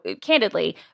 candidly